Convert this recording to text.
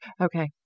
Okay